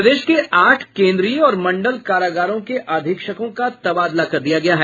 प्रदेश के आठ केन्द्रीय और मंडल कारागारों के अधीक्षकों का तबादला कर दिया गया है